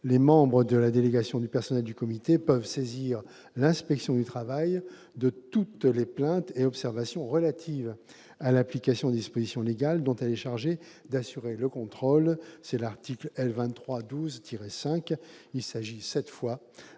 les membres de la délégation du personnel du comité peuvent saisir l'inspection du travail de toutes les plaintes et observations relatives à l'application des dispositions légales dont elle est chargée d'assurer le contrôle », selon l'article L. 2312-5 du même code. Il s'agit cette fois